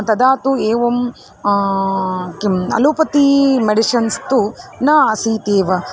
तदा तु एवं किम् अलोपती मेडिशन्स् तु न आसीदेव